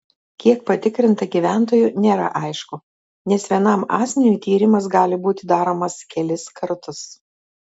kiek patikrinta gyventojų nėra aišku nes vienam asmeniui tyrimas gali būti daromas kelis kartus